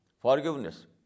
forgiveness